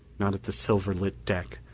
not at the silver-lit deck,